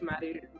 married